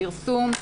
פרסום,